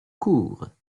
cours